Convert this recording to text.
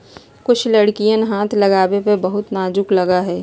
कुछ लकड़ियन हाथ लगावे पर बहुत नाजुक लगा हई